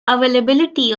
availability